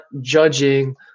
judging